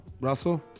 Russell